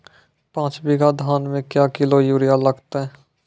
पाँच बीघा धान मे क्या किलो यूरिया लागते?